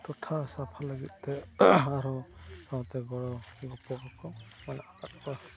ᱴᱚᱴᱷᱟ ᱥᱟᱯᱷᱟ ᱞᱟᱹᱜᱤᱫ ᱛᱮ ᱟᱨᱦᱚᱸ ᱥᱟᱶᱛᱮ ᱜᱚᱲᱚ ᱜᱚᱯᱚᱲᱚ ᱠᱚ ᱢᱮᱱᱟᱜ ᱟᱠᱟᱫ ᱠᱚᱣᱟ